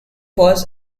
was